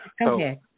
Okay